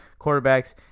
quarterbacks